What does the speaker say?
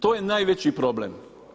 To je najveći problem.